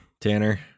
Tanner